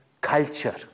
culture